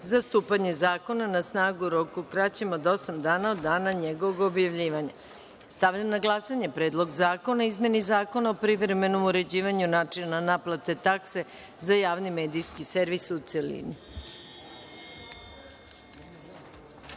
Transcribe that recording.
za stupanje zakona na snagu u roku kraćem od osam dana od dana njegovog objavljivanja. Stavljam na glasanje Predlog zakona o izmeni Zakona o privremenom uređivanju načina naplate takse za Javni medijski servis, u